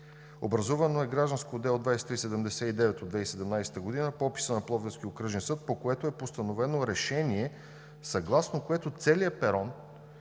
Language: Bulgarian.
Образувано е гражданско дело № 2379 от 2017 г. по описа на Пловдивски окръжен съд, по което е постановено решение, съгласно което целият перон